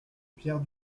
pierre